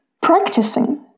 practicing